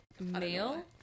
male